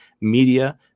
media